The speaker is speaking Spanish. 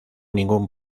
ningún